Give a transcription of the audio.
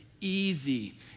easy